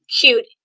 cute